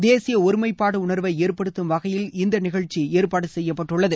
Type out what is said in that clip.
தேசிய ஒருமைப்பாடு உணர்வை ஏற்படுத்தும் வகையில் இந்த நிகழ்ச்சி ஏற்பாடு செய்யப்பட்டுள்ளது